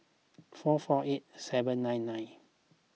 four four eight seven nine nine